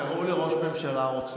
קראו לראש ממשלה רוצח,